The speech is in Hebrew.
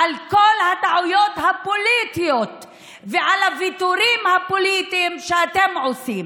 על כל הטעויות הפוליטיות ועל הוויתורים הפוליטיים שאתם עושים.